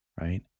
right